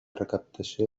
recaptació